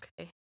Okay